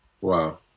Wow